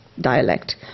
dialect